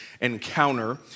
encounter